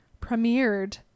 premiered